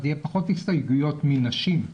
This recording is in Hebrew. יהיו פחות הסתייגויות מנשים.